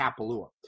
Kapalua